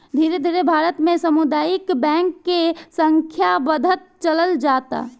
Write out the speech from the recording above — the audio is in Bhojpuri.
धीरे धीरे भारत में सामुदायिक बैंक के संख्या बढ़त चलल जाता